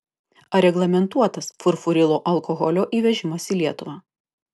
ar reglamentuotas furfurilo alkoholio įvežimas į lietuvą